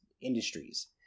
industries